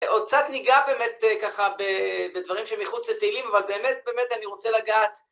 עוד קצת ניגע באמת ככה בדברים שמחוץ לתהילים, אבל באמת באמת אני רוצה לגעת.